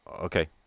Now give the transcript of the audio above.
okay